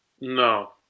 No